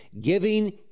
giving